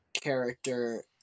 character